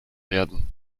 werden